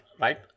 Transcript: right